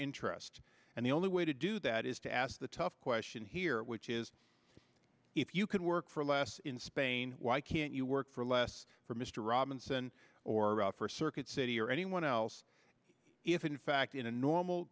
interest and the only way to do that is to ask the tough question here which is if you could work for less in spain why can't you work for less for mr robinson or for circuit city or anyone else if in fact in a normal